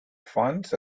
funds